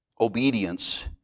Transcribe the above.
Obedience